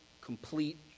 complete